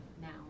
now